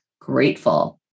grateful